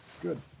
Good